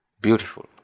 Beautiful